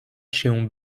się